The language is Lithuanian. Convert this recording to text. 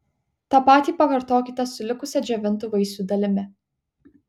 tą patį pakartokite su likusia džiovintų vaisių dalimi